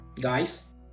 guys